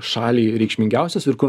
šaliai reikšmingiausios ir kur